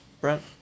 Brent